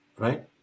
Right